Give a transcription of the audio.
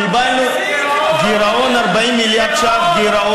קיבלנו גירעון של 40 מיליארד שקל.